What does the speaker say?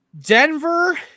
Denver